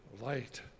light